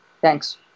Thanks